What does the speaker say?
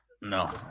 No